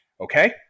Okay